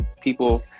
people